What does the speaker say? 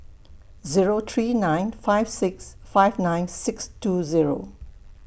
Zero three nine five six five nine six two Zero